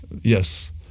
Yes